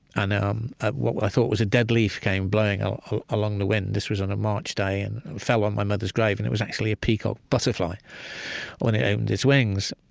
and um what what i thought was a dead leaf came blowing ah ah along the wind this was on a march day, and it fell on my mother's grave, and it was actually a peacock butterfly when it opened its wings.